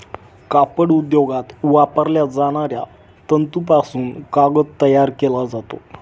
कापड उद्योगात वापरल्या जाणाऱ्या तंतूपासून कागद तयार केला जातो